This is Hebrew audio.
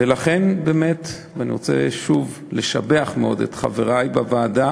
ולכן באמת אני רוצה לשבח מאוד את חברי לוועדה.